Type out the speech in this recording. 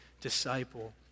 disciple